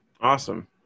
Awesome